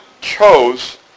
chose